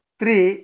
three